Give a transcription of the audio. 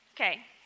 Okay